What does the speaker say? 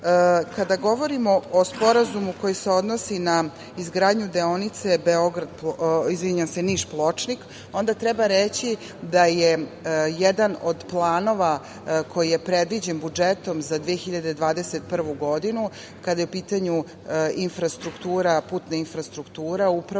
govorimo o sporazumu koji se odnosi na izgradnju deonice Niš – Pločnik, onda treba reći da je jedan od planova koji je predviđen budžetom za 2021. godinu, kada je u pitanju putna infrastruktura, upravo